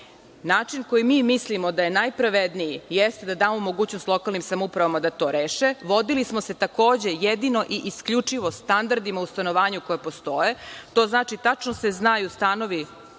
Način koji mi mislimo da je najpravedniji jeste da damo mogućnost lokalnim samoupravama da to reše. Vodili smo se, takođe, jedino i isključivo standardima u stanovanju koji postoje. To znači da se tačno znaju stanovi